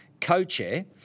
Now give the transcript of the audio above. co-chair